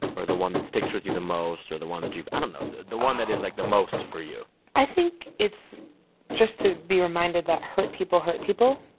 or the one that sticks with you the most or the one that you've i don't know, the the one that is like the most for you i think it's just to be reminded that hurt people hurt people.